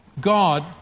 God